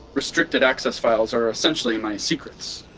restricted access files are essentially my secrets.